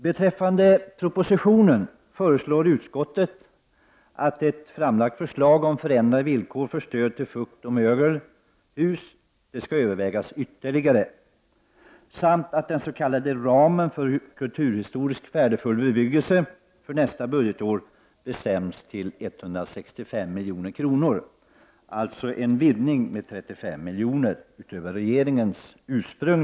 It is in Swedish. Beträffande propositionen föreslår utskottet att ett framlagt förslag om förändrade villkor för stöd till fuktoch mögelskadade hus skall övervägas ytterligare samt att den s.k. tillstyrkanderamen för kulturhistoriskt värdefull bebyggelse för nästa budgetår bestäms till 165 milj.kr. vilket innebär en vidgning med 35 milj.kr. utöver regeringens förslag.